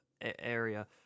area